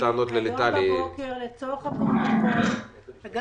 היום בבוקר ביקשתי שיהיה